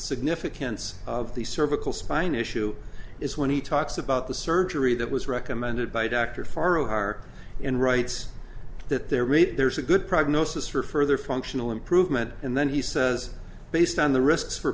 significance of the cervical spine issue is when he talks about the surgery that was recommended by dr pharo who are in writes that their rate there's a good prognosis for further functional improvement and then he says based on the risks for